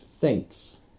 Thanks